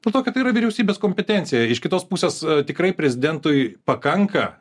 po to kai tai yra vyriausybės kompetencija iš kitos pusės tikrai prezidentui pakanka